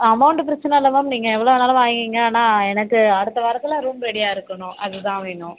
amount பிரச்சனை இல்லை ma'am நீங்கள் எவ்வளோ வேணாலும் வாங்கிங்க ஆனால் எனக்கு அடுத்த வாரத்தில் ரூம் ரெடியாக இருக்கனும் அது தான் வேணும்